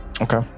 Okay